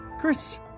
chris